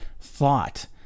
thought